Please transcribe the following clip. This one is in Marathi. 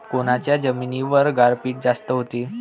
कोनच्या जमिनीवर गारपीट जास्त व्हते?